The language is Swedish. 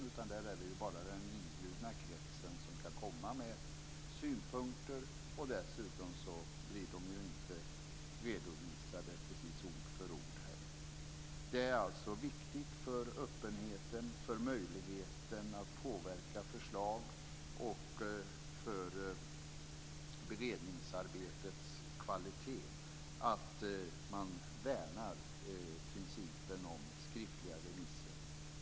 Där är det bara den inbjudna kretsen som kan komma med synpunkter, och dessutom blir de inte heller redovisade ord för ord. Det är alltså viktigt för öppenheten, för möjligheten att påverka förslag och för beredningsarbetets kvalitet att man värnar principen om skriftliga remisser.